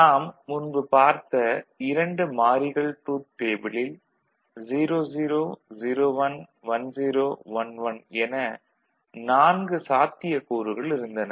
நாம் முன்பு பார்த்த 2 மாறிகள் ட்ரூத் டேபிளில் 00 01 10 11 என 4 சாத்தியக்கூறுகள் இருந்தன